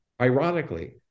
ironically